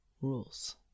rules